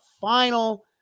final